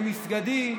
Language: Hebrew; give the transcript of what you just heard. למסגדים,